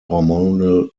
hormonal